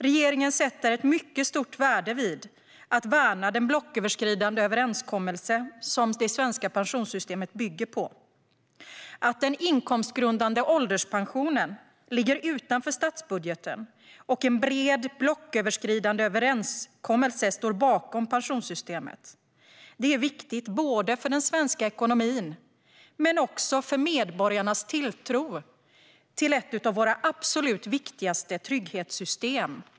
Regeringen sätter stort värde på att värna det som det svenska pensionssystemet bygger på: att den inkomstgrundade ålderspensionen ligger utanför statsbudgeten och att en bred blocköverskridande överenskommelse står bakom pensionssystemet. Det är viktigt både för den svenska ekonomin och för medborgarnas tilltro till ett av våra absolut viktigaste trygghetssystem.